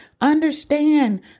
Understand